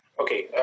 Okay